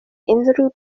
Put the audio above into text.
unrhyw